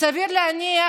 וסביר להניח,